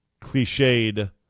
cliched